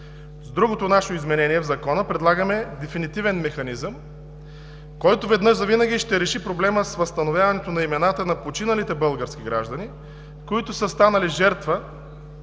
С другото наше изменение в Закона предлагаме дефинитивен механизъм, който веднъж завинаги ще реши проблема с възстановяването на имената на починалите български граждани, които са станали жертва